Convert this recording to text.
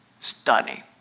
Stunning